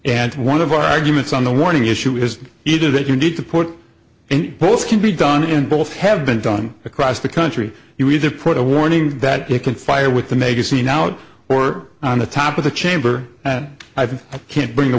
and one of our arguments on the warning issue is either that you need to put in both can be done in both have been done across the country you need to put a warning that you can fire with the magazine out or on the top of the chamber and i think i can't bring the